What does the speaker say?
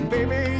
Baby